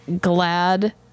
Glad